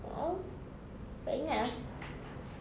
oh tak ingat ah